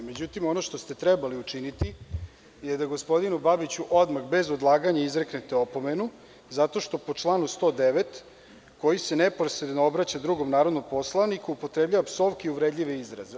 Međutim, ono što ste trebali učiniti je da gospodinu Babiću odmah bez odlaganja izreknete opomenu zato što po članu 109. koji se neposredno obraća drugom narodnom poslaniku upotrebljava psovke i uvredljive izraze.